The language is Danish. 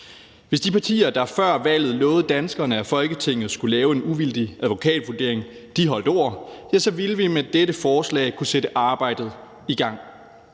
Hvis de partier, der før valget lovede danskerne, at Folketinget skulle lave en uvildig advokatvurdering, holdt ord, ville vi med dette forslag kunne sætte arbejdet i gang.